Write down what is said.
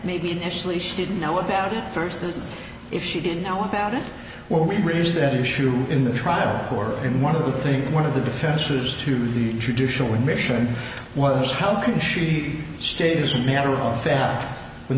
maybe actually she didn't know about it versus if she didn't know about it when we raised that issue in the trial or in one of the things one of the defenses to the traditional admission was how can she stays a matter of fact when